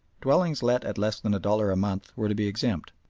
dwellings let at less than a dollar a month were to be exempt.